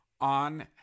on